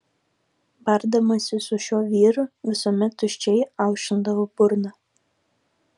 bardamasi su šiuo vyru visuomet tuščiai aušindavo burną